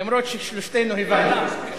אף ששלושתנו הבנו.